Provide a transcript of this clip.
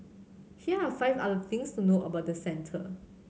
here are five other things to know about the centre